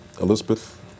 Elizabeth